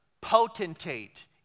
potentate